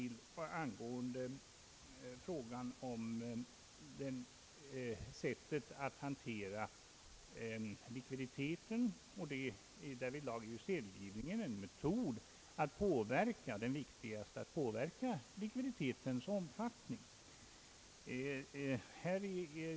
När det gäller frågan om sättet att hantera likviditeten vill jag tillägga att sedelutgivningen är en metod — och den viktigaste metoden — att påverka likviditetens omfattning.